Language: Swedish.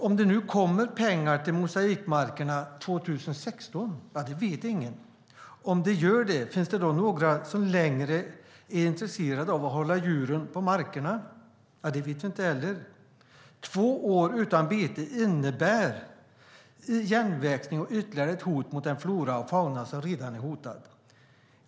Om det kommer pengar till mosaikbetesmarkerna 2016 vet ingen. Om det gör det, finns det då några som längre är intresserade av att hålla djur på markerna? Det vet vi inte heller. Två år utan bete innebär igenväxning och ytterligare ett hot mot den flora och fauna som redan är hotad.